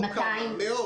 לא "כמה".